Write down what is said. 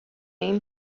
این